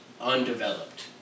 undeveloped